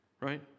right